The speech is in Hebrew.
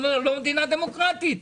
לא מדינה דמוקרטית.